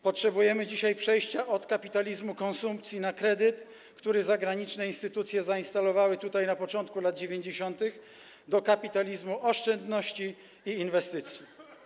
Potrzebujemy dzisiaj przejścia od kapitalizmu konsumpcji na kredyt, który zagraniczne instytucje zainstalowały tutaj na początku lat 90., do kapitalizmu oszczędności i inwestycji.